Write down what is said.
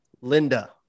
Linda